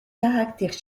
caractères